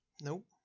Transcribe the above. nope